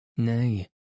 Nay